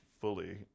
fully